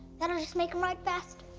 that will just make them ride faster.